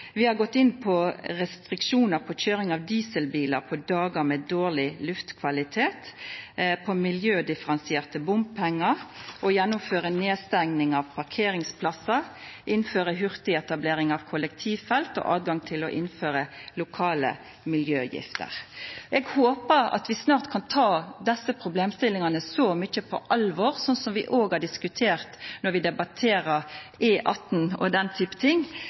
Vi har gått inn for restriksjonar på køyring av dieselbilar på dagar med dårleg luftkvalitet, miljødifferensierte bompengar, gjennomføra nedstenging av parkeringsplassar, innføra hurtigetablering av kollektivfelt og tilgjenge til å innføra lokale miljøavgifter. Eg håpar at vi snart kan ta desse problemstillingane like mykje på alvor som vi gjer når vi debatterer E18 og den type ting,